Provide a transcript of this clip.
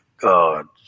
gods